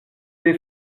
des